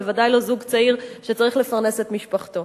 בוודאי לא זוג צעיר שצריך לפרנס את משפחתו.